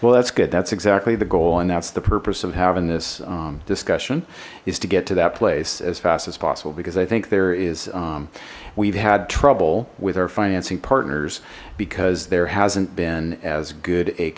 well that's good that's exactly the goal and that's the purpose of having this discussion is to get to that place as fast as possible because i think there is we've had trouble with our financing partners because there hasn't been as good a